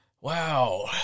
wow